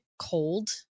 cold